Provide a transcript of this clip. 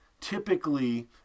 typically